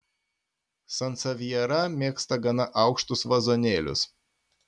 sansevjera mėgsta gana aukštus vazonėlius